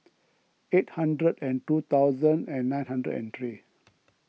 eight hundred and two thousand and nine hundred and three